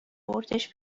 بردش